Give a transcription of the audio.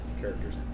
characters